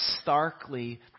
starkly